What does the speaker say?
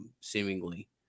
seemingly –